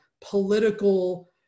political